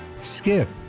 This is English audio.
skip